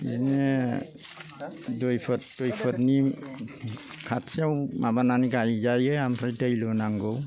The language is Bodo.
बिदिनो दुइ फुट दुइ फुटनि खाथियाव माबानानै गायजायो ओमफ्राय दै लुनांगौ